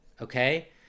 Okay